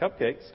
cupcakes